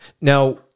Now